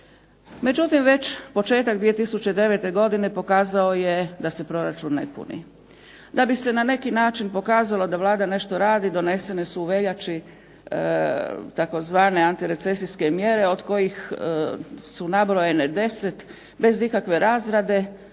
Međutim, već početak 2009. godine pokazao je da se proračun ne puni, da bi se na neki način pokazalo da Vlada nešto radi, donesene su u veljači tzv. antirecesijske mjere od kojih su nabrojane 10 bez ikakve razrade,